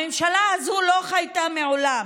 הממשלה הזאת לא חייתה מעולם,